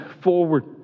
forward